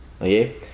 Okay